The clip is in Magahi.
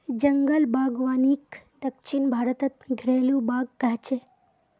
जंगल बागवानीक दक्षिण भारतत घरेलु बाग़ कह छे